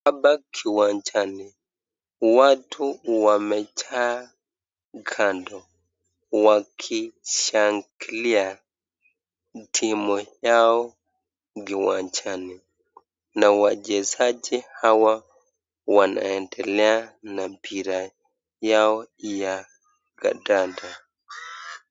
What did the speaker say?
Hapa kiwanjani watu wamejaa kando wakishangilia timu yao kiwanjani na wachezaji hawa wanaendelea na mpira yao ya kandanda.